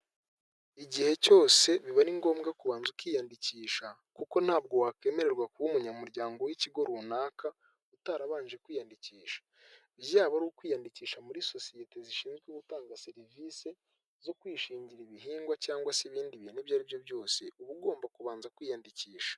Igihe cyose biba ari ngombwa kubanza ukiyandikisha kuko ntabwo wakwemererwa kuba umunyamuryango w'ikigo runaka utarabanje kwiyandikisha byaba ari ukwiyandikisha muri sosiyete zishinzwe gutanga serivisi zo kwishingira ibihingwa cyangwa se ibindi bintu ibyo aribyo byose uba ugomba kubanza kwiyandikisha.